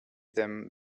them